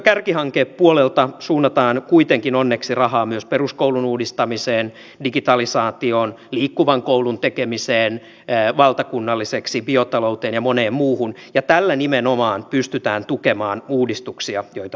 kärkihankepuolelta suunnataan kuitenkin onneksi rahaa myös peruskoulun uudistamiseen digitalisaatioon liikkuvan koulun tekemiseen valtakunnalliseksi biotalouteen ja moneen muuhun ja tällä nimenomaan pystytään tukemaan uudistuksia joita nyt tehdään